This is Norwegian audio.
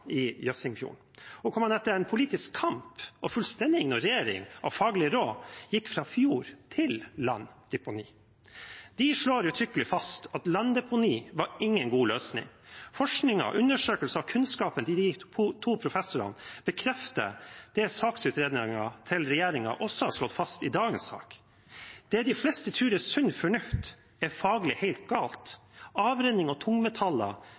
i Jøssingfjorden, der man etter en politisk kamp og fullstendig ignorering av faglige råd gikk fra fjorddeponi til landdeponi. De slo uttrykkelig fast at landdeponi var ingen god løsning. Forskningen, undersøkelsene og kunnskapen til de to professorene bekrefter det saksutredningen til regjeringen også har slått fast i dagens sak: Det de fleste tror er sunn fornuft, er faglig helt galt. Avrenning av tungmetaller